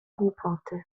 głupoty